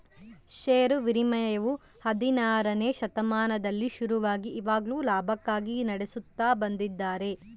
ಷೇರು ವಿನಿಮಯವು ಹದಿನಾರನೆ ಶತಮಾನದಲ್ಲಿ ಶುರುವಾಗಿ ಇವಾಗ್ಲೂ ಲಾಭಕ್ಕಾಗಿ ನಡೆಸುತ್ತ ಬಂದಿದ್ದಾರೆ